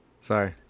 Sorry